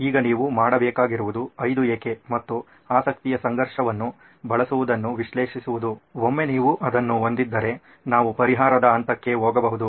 ಈಗ ನೀವು ಮಾಡಬೇಕಾಗಿರುವುದು 5 ಏಕೆ ಮತ್ತು ಆಸಕ್ತಿಯ ಸಂಘರ್ಷವನ್ನು ಬಳಸುವುದನ್ನು ವಿಶ್ಲೇಷಿಸುವುದು ಒಮ್ಮೆ ನೀವು ಅದನ್ನು ಹೊಂದಿದ್ದರೆ ನಾವು ಪರಿಹಾರದ ಹಂತಕ್ಕೆ ಹೋಗಬಹುದು